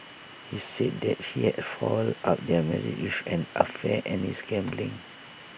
he said that he had fouled up their marriage with an affair and his gambling